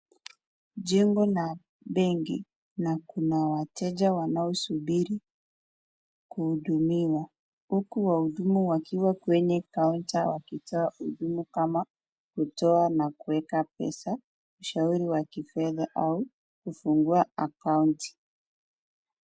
Jengo la benki na kuna wateja wanaosubiri kuhudumiwa, huku wahudumu wakiwa kwenye counter wakitoa huduma kama kutoa na kueka pesa, ushauri wa kifedha au kufungua akaunti.